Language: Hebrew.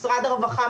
משרד הרווחה,